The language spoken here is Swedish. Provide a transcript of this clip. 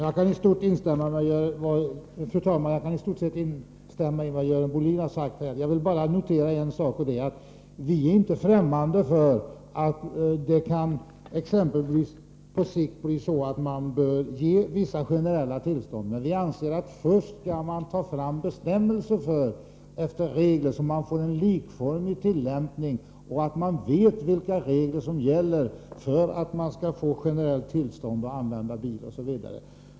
Fru talman! Jag kan i stort sett instämma i vad Görel Bohlin har sagt. Jag vill bara notera att vi inte är främmande för att det på sikt kan bli så att man ger vissa generella tillstånd. Men vi anser att man först skall ta fram bestämmelser som skapar en likformig tillämpning — att man vet vilka regler som gäller för att generellt tillstånd skall ges att använda bil.